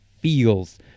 feels